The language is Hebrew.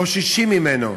חוששים ממנו.